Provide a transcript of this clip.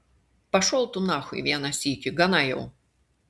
pašol tu nachui vieną sykį gana jau